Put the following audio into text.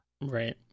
right